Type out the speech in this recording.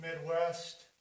Midwest